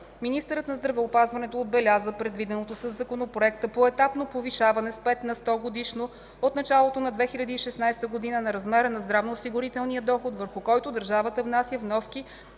Министърът на здравеопазването отбеляза предвиденото със Законопроекта поетапно повишаване – с 5 на сто годишно от началото на 2016 г., на размера на здравноосигурителния доход, върху който държавата внася вноски